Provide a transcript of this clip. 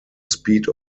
speed